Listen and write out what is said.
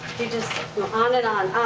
they just go on and on.